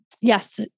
yes